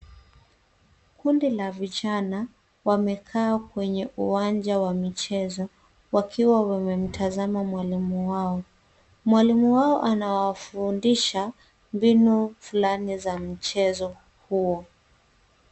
Kundi la vijana wamekaa kwenye uwanja wa michezo wakiwa wamemtazama mwalimu wao. Mwalimu wao anawafundisha mbinu fulani za mchezo huo.